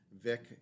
VIC